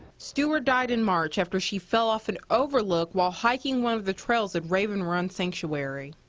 stewart died in march after she fell off an overlook while hiking one of the trails at raven run sanctuary.